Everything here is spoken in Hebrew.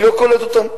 אני לא קולט אותם.